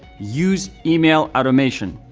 use email automation.